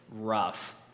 rough